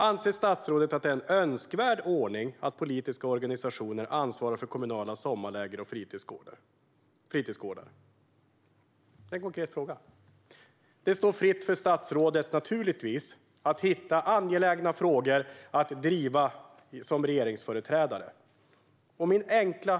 Anser statsrådet att det är en önskvärd ordning att politiska organisationer ansvarar för kommunala sommarläger och fritidsgårdar? Det är en konkret fråga. Det står naturligtvis statsrådet fritt att som regeringsföreträdare hitta angelägna frågor att driva.